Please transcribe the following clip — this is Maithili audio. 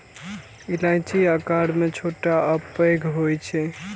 इलायची आकार मे छोट आ पैघ होइ छै